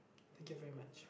thank you very much